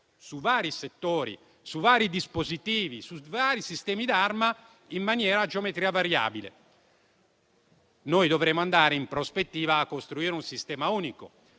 su vari settori, su vari dispositivi, su vari sistemi d'arma, a geometria variabile. Noi dovremo andare in prospettiva a costruire un sistema unico.